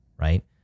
right